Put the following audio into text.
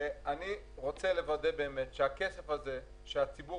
אני רוצה לוודא שהכסף שיגיע מהציבור